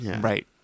right